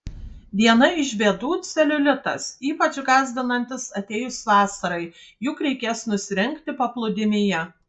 viena iš bėdų celiulitas ypač gąsdinantis atėjus vasarai juk reikės nusirengti paplūdimyje